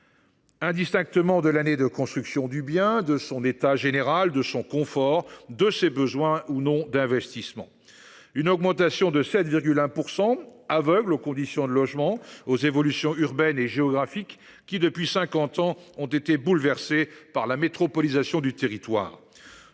indistinctement de l’année de construction du bien, de son état général, de son confort, de ses besoins ou non d’investissement ; une augmentation de 7,1 %, aveugle aux conditions de logements, aux évolutions urbaines et géographiques, qui, depuis cinquante ans, ont été bouleversées par la métropolisation du territoire.